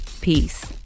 Peace